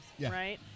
right